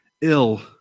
ill